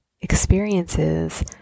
experiences